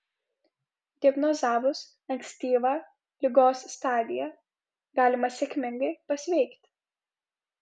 diagnozavus ankstyvą ligos stadiją galima sėkmingai pasveikti